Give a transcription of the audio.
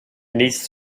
needs